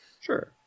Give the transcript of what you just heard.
Sure